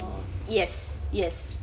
yes yes